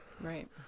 Right